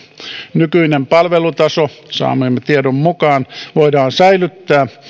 nykyinen palvelutaso voidaan saamiemme tietojen mukaan säilyttää